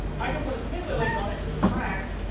i can put a snippet link on it and track